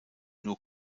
nur